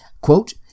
quote